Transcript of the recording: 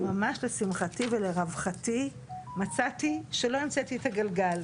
ממש לשמחתי ולרווחתי מצאתי שלא המצאתי את הגלגל,